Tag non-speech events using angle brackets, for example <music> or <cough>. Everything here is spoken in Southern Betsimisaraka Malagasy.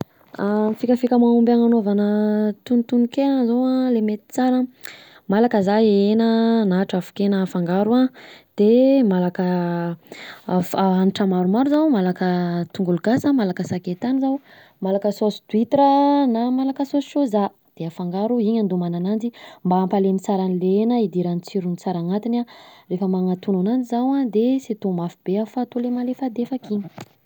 Fikafika mahomby hagnanaovana tonotonon-kena zao an, le mety tsara an, malaka za hena na trafon-kena afangaro an, de malaka <hesitation> hanitra maromaro zaho, malaka tongolo gasy zaho, malaka sakay tany zaho, malaka sôsy d'huitre, na malaka sôsy sôza de afangaro, iny andomana ananjy mba hampalemy tsara anle hena, hidiran'ny tsirony tsara anatiny an, rehefa magnatono ananjy zaho an de sy atao mafy be fa ato malefadefaka iny.